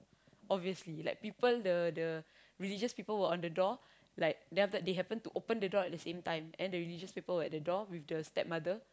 obviously like people the the religious people were on the door like then after that they happen to open the door at the same time then the religious people were on the door with the stepmother